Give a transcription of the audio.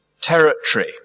territory